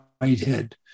Whitehead